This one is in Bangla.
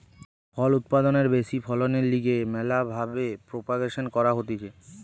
ফল উৎপাদনের ব্যাশি ফলনের লিগে ম্যালা ভাবে প্রোপাগাসন ক্যরা হতিছে